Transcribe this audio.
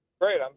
great